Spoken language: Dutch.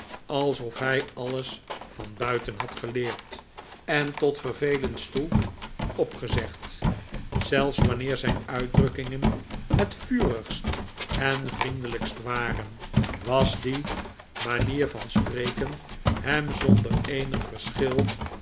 alsof hij alles van buiten had geleerd en tot vervelens toe opgezegd zelfs wanneer zijn uitdrukkingen het vurigst en vriendelijkst waren was die manier van spreken hem zonder eenig verschil